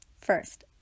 First